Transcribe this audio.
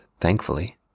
thankfully